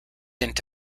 into